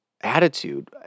attitude